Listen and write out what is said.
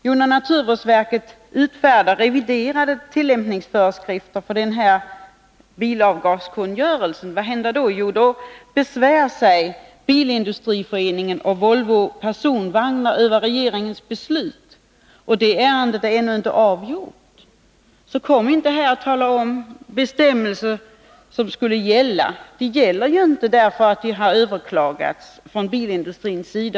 Jo, när naturvårdsverket utfärdar reviderade tillämpningsföreskrifter för den här bilavgaskungörelsen besvärar sig Bilindustriföreningen och Volvo Personvagnar över regeringens beslut. Det ärendet är ännu inte avgjort. Så tala inte här om bestämmelser som skulle gälla! De gäller inte därför att de har överklagats av bilindustrin.